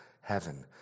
heaven